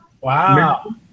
Wow